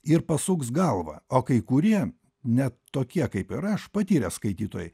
ir pasuks galvą o kai kurie net tokie kaip ir aš patyrę skaitytojai